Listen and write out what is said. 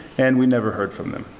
and we never heard from them.